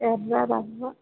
ఎర్ర రవ్వ